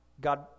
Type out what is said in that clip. God